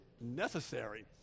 necessary